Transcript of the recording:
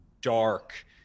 dark